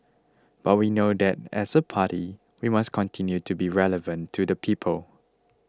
but we know that as a party we must continue to be relevant to the people